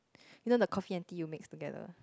you know the coffee and tea you mix together